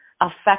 affect